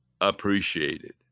appreciated